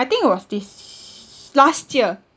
I think it was this last year